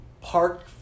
park